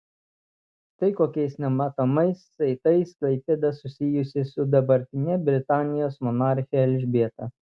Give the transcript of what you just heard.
štai kokiais nematomais saitais klaipėda susijusi su dabartine britanijos monarche elžbieta